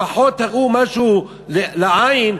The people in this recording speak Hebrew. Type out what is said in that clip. לפחות תראו משהו לעין,